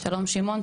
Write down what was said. שלום שמעון,